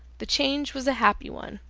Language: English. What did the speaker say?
the change was a happy one.